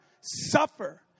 suffer